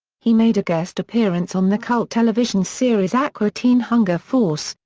he made a guest appearance on the cult television series aqua teen hunger force,